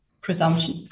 presumption